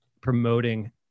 promoting